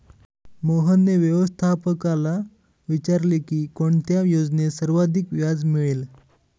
मोहनने व्यवस्थापकाला विचारले की कोणत्या योजनेत सर्वाधिक व्याज मिळेल?